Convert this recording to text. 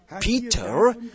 Peter